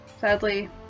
Sadly